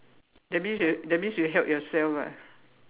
that means you that means you help yourself lah